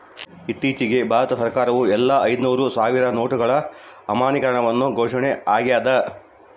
ಇತ್ತೀಚಿಗೆ ಭಾರತ ಸರ್ಕಾರವು ಎಲ್ಲಾ ಐದುನೂರು ಸಾವಿರ ನೋಟುಗಳ ಅಮಾನ್ಯೀಕರಣವನ್ನು ಘೋಷಣೆ ಆಗ್ಯಾದ